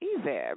Easy